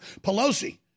Pelosi